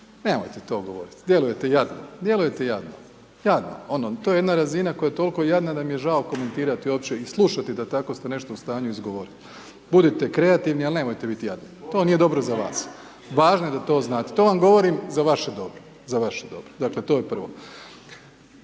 djelujete jadno, jadno, ono to je jedna razina koja je toliko jadna da mi je žao komentirati uopće i slušati da tako ste nešto u stanju izgovoriti, budite kreativni ali nemojte biti jadni. To nije dobro za vas. Važno je da to znate to vam govorim za vaše dobro, za vaše dobro,